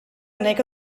nahiko